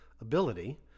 ability